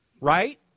right